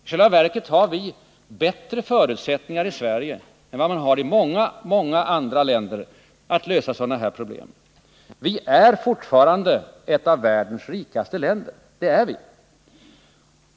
I själva verket har vi i Sverige bättre förutsättningar än man har i många andra länder att lösa sådana problem. Vi är fortfarande ett av världens rikaste länder. Det är vi!